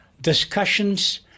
discussions